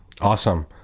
Awesome